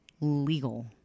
legal